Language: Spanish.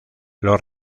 los